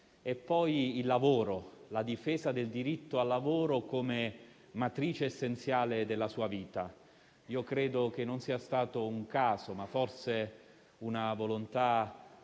sono il lavoro e la difesa del diritto al lavoro come matrice essenziale della sua vita. Credo che non sia stato un caso, ma forse una volontà